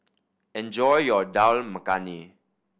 enjoy your Dal Makhani